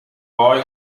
boy